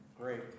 Great